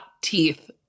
teeth